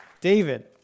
David